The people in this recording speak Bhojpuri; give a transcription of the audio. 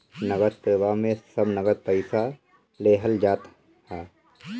नगद प्रवाह में सब नगद पईसा लेहल जात हअ